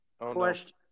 question